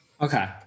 Okay